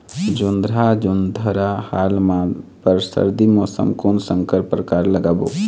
जोंधरा जोन्धरा हाल मा बर सर्दी मौसम कोन संकर परकार लगाबो?